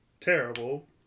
terrible